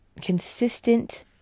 consistent